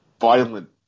violent